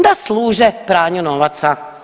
Da služe pranju novaca.